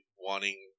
wanting